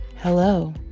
hello